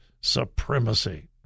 supremacy